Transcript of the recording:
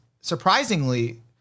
surprisingly